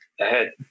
ahead